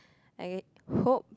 I hope